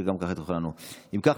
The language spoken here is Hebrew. אם כך,